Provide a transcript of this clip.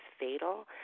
fatal